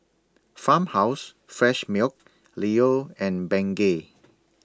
Farmhouse Fresh Milk Leo and Bengay